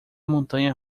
montanha